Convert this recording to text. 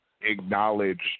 acknowledged